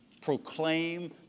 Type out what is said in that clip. proclaim